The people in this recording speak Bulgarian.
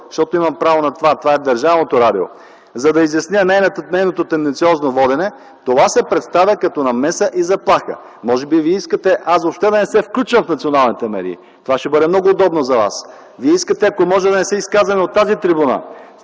защото имам право на това – това е държавното радио, за да изясня нейното тенденциозно водене, това се представя като намеса и заплаха. Може би Вие искате аз въобще да не се включвам в националните медии? Това ще бъде много удобно за вас. Вие искате, ако може да не се изказваме от тази трибуна.